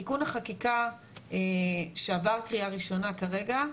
בתיקון החקיקה שעבר קריאה ראשונה כרגע,